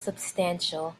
substantial